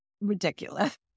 ridiculous